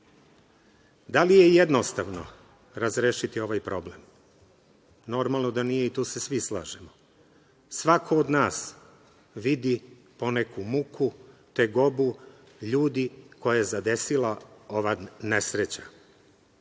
li je jednostavno razrešiti ovaj problem? Normalno da nije i tu se svi slažemo. Svako od nas vidi po neku muku, tegobu ljudi koje je zadesila ova nesreća. Kada